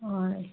হয়